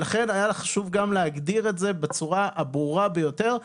לכן היה חשוב גם להגדיר את זה בצורה הברורה ביותר,